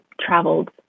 traveled